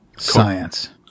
Science